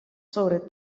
sobre